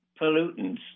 pollutants